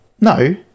No